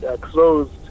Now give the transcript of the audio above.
closed